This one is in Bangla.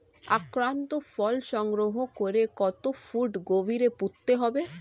আক্রান্ত ফল সংগ্রহ করে কত ফুট গভীরে পুঁততে হবে?